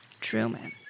Truman